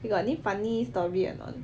you got any funny story or not